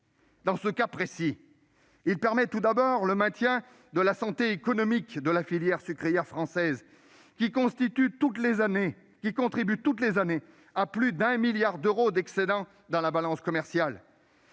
Dans ce cas précis, le produit concerné permet tout d'abord le maintien de la santé économique de la filière sucrière française, qui contribue chaque année à plus de 1 milliard d'euros d'excédents dans la balance commerciale.